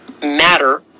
matter